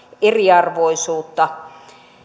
eriarvoisuutta